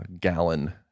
Gallon